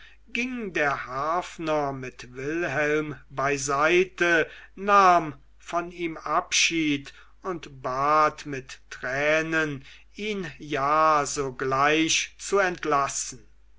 ging der harfner mit wilhelm beiseite nahm von ihm abschied und bat mit tränen ihn ja sogleich zu entlassen